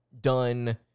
done